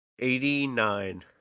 89